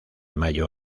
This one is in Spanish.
mayo